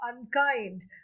unkind